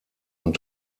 und